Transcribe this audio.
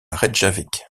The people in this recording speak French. reykjavik